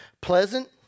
Pleasant